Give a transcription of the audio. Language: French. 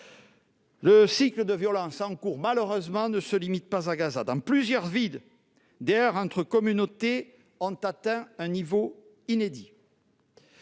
Le cycle de violence en cours, malheureusement, ne se limite pas à Gaza. Dans plusieurs villes, des heurts entre communautés ont atteint un niveau inédit.